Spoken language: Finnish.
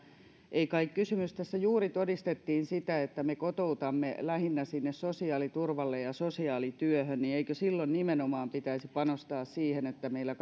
kun tässä juuri todistettiin sitä että me kotoutamme lähinnä sinne sosiaaliturvalle ja sosiaalityöhön niin eikö silloin nimenomaan pitäisi panostaa siihen että meillä